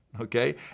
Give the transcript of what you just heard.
Okay